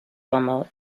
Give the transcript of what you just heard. camel